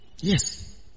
Yes